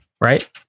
right